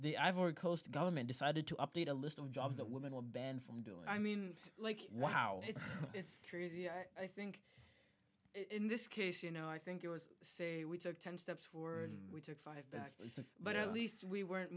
the ivory coast government decided to update a list of jobs that women were banned from doing i mean like wow it's crazy i think in this case you know i think it was say we took ten steps forward we took five but at least we weren't